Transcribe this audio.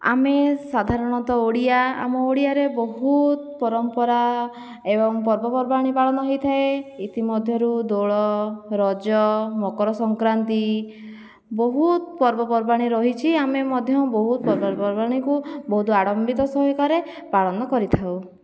ଆମେ ସାଧାରଣତଃ ଓଡ଼ିଆ ଆମ ଓଡ଼ିଆରେ ବହୁତ ପରମ୍ପରା ଏବଂ ପର୍ବପର୍ବାଣୀ ପାଳନ ହୋଇଥାଏ ଏଥିମଧ୍ୟରୁ ଦୋଳ ରଜ ମକରସଂକ୍ରାନ୍ତି ବହୁତ ପର୍ବପର୍ବାଣି ରହିଛି ଆମେ ମଧ୍ୟ ବହୁତ ପର୍ବପର୍ବାଣିକୁ ବହୁତ ଆଡ଼ମ୍ବିତ ସହକାରେ ପାଳନ କରିଥାଉ